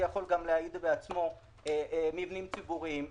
מבנים ציבוריים,